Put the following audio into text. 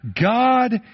God